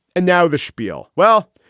and now the schpiel. well,